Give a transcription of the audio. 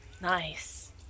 nice